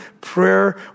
prayer